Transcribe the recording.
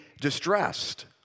distressed